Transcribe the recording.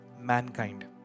mankind